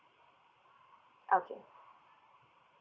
okay